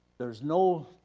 there's no,